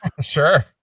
Sure